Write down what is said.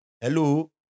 hello